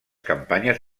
campanyes